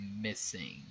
missing